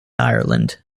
ireland